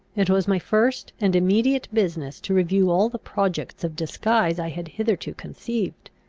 it was my first and immediate business to review all the projects of disguise i had hitherto conceived,